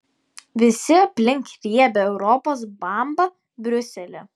visi aplink riebią europos bambą briuselį